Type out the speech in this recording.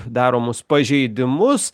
daromus pažeidimus